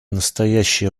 настоящее